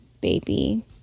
baby